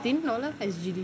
sixteen dollars S_G_D